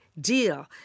deal